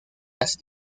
las